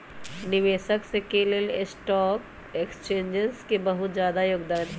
निवेशक स के लेल स्टॉक एक्सचेन्ज के बहुत जादा योगदान हई